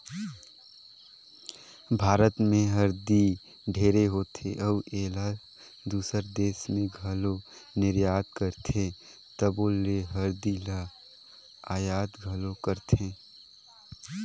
भारत में हरदी ढेरे होथे अउ एला दूसर देस में घलो निरयात करथे तबो ले हरदी ल अयात घलो करथें